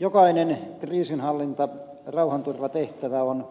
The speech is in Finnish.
jokainen kriisinhallinta ja rauhanturvatehtävä on